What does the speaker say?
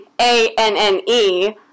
A-N-N-E